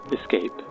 escape